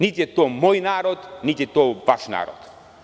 Niti je to moj narod, niti je to vaš narod.